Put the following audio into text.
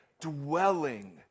dwelling